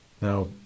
Now